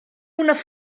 una